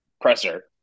presser